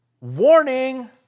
Warning